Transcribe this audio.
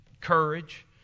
courage